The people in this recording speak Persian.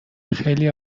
خیلی